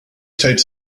types